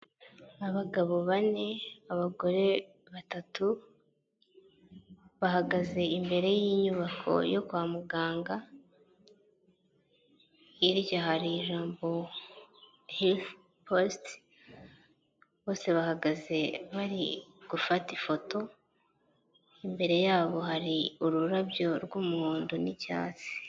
Abagabo bane abagore batatu bahagaze imbere y'inyubako yo kwa muganga, hirya hari ijambo helifu posite, bose bahagaze bari gufata ifoto, imbere yabo hari ururabyo rw'umuhondo n'icyatsi.